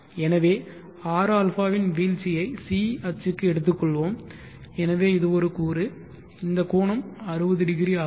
எனவே rα இன் வீழ்ச்சியை c அச்சுக்கு எடுத்துக்கொள்வோம் எனவே இது ஒரு கூறு இந்த கோணம் 600 ஆகும்